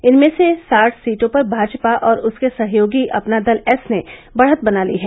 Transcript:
इनमें से साठ सीटों पर भाजपा और उसके सहयोगी अपना दल एस ने बढ़त बना ली है